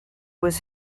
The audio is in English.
was